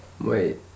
Wait